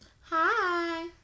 Hi